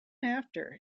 after